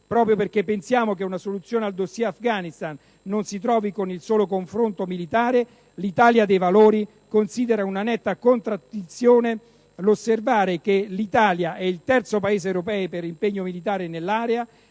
Proprio perché pensiamo che una soluzione al *dossier* Afghanistan non si trovi con il solo confronto militare, l'Italia dei Valori considera una netta contraddizione osservare che se l'Italia è il terzo Paese europeo per impegno militare nell'area,